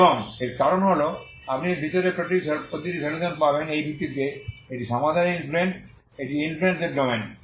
এবং এর কারণ হল আপনি এর ভিতরে প্রতিটি সলিউশন পাবেন এই ভিত্তিতে এটি সমাধানের ইনফ্লুএন্স এটি ইনফ্লুএন্স এর ডোমেন